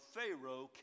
Pharaoh